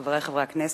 חברי חברי הכנסת,